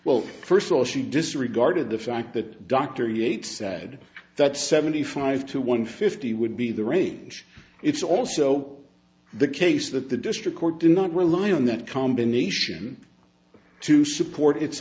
well first of all she disregarded the fact that dr yates said that seventy five to one fifty would be the range it's also the case that the district court did not rely on that combination to support it